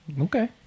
Okay